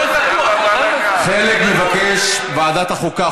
חלק מבקשים ועדת החוקה,